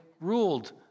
ruled